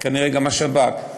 וכנראה גם השב"כ,